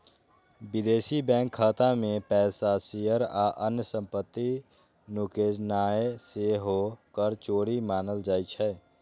विदेशी बैंक खाता मे पैसा, शेयर आ अन्य संपत्ति नुकेनाय सेहो कर चोरी मानल जाइ छै